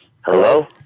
Hello